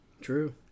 True